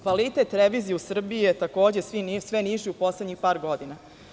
Kvalitet revizije u Srbije je sve niži u poslednjih par godina.